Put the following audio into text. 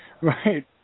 Right